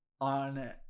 On